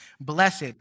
Blessed